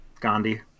Gandhi